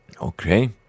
Okay